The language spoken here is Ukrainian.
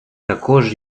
також